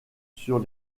sur